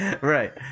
Right